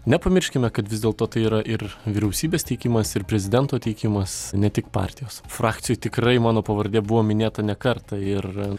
nepamirškime kad vis dėlto tai yra ir vyriausybės teikimas ir prezidento teikimas ne tik partijos frakcijoj tikrai mano pavardė buvo minėta ne kartą ir